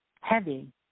heavy